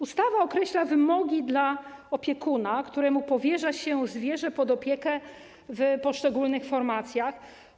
Ustawa określa wymogi dla opiekuna, któremu powierza się zwierzę pod opiekę w poszczególnych formacjach.